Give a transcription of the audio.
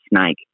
snake